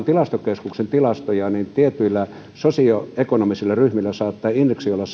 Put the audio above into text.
tilastokeskuksen tilastoja niin tietyillä sosioekonomisilla ryhmillä saattaa indeksi olla